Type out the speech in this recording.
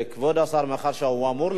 מאחר שהוא אמור להשיב על איזו הצעה,